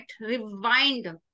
rewind